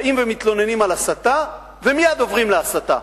באים ומתלוננים על הסתה, ומייד עוברים להסתה.